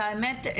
את האמת,